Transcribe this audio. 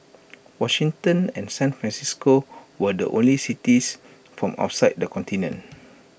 Washington and San Francisco were the only cities from outside the continent